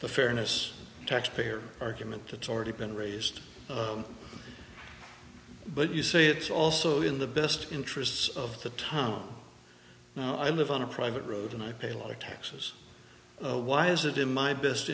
the fairness taxpayer argument it's already been raised but you say it's also in the best interests of the town i live on a private road and i pay lower taxes why is it in my best